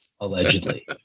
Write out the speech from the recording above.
Allegedly